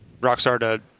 Rockstar